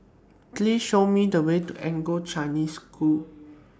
Please Show Me The Way to Anglo Chinese School